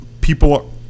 people